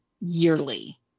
yearly